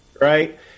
right